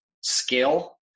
skill